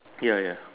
ya ya